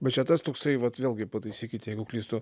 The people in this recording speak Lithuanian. bet čia tas toksai vat vėlgi pataisykit jeigu klystu